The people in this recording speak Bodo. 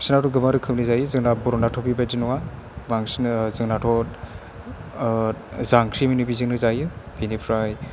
बिसिनाथ' गोबां रोखोमनि जायो जोंना बर'नाथ' बेबायदि नङा बांसिन जोंनाथ' जा ओंख्रि मोनो बेजोंनो जायो बेनिफ्राइ